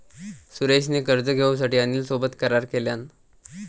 सुरेश ने कर्ज घेऊसाठी अनिल सोबत करार केलान